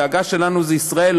הדאגה שלנו זה ישראל,